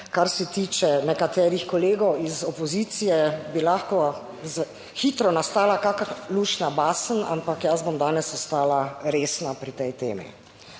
kar se tiče nekaterih kolegov iz opozicije, bi lahko hitro nastala kako luštna basen, ampak jaz bom danes ostala resna pri tej temi.